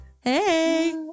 Hey